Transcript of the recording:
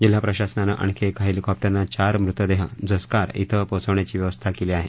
जिल्हा प्रशासनाने आणखी एका हेलीकॉप उने चार मृतदेह झस्कार ििं पोहेचोवण्याची व्यवस्था केली आहे